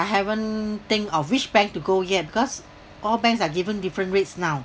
I haven't think of which bank to go yet because all banks are given different rates now